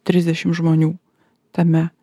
trisdešim žmonių tame